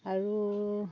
আৰু